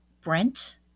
Brent